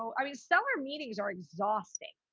i mean, seller meetings are exhausting.